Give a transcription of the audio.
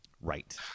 Right